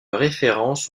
références